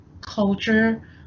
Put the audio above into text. culture